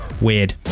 Weird